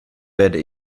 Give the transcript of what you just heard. werde